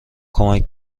کمک